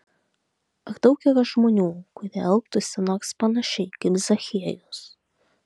ar daug yra žmonių kurie elgtųsi nors panašiai kaip zachiejus